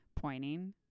pointing